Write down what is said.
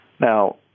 Now